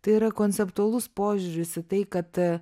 tai yra konceptualus požiūris į tai kad